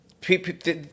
People